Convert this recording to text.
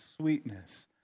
sweetness